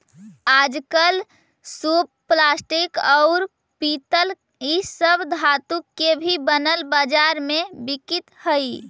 आजकल सूप प्लास्टिक, औउर पीतल इ सब धातु के भी बनल बाजार में बिकित हई